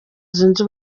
zunze